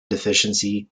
deficiency